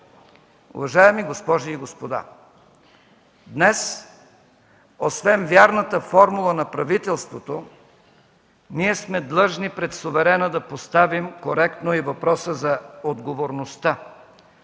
Уважаеми госпожи и господа, днес освен вярната формула на правителството ние сме длъжни пред суверена да поставим коректно и въпроса за отговорността: